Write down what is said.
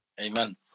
Amen